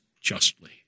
justly